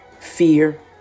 fear